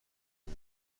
کنی